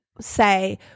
say